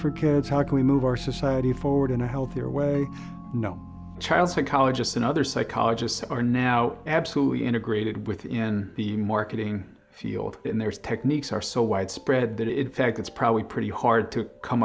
for kids how can we move our society forward in a healthier way no child psychologists and other psychologists are now absolutely integrated within the marketing field and there's techniques are so widespread that it fact it's probably pretty hard to come